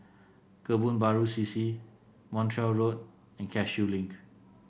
Kebun Baru C C Montreal Road and Cashew Link